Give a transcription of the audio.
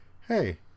hey